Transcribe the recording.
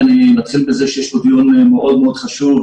אני אנצל את זה שיש פה דיון מאוד מאוד חשוב,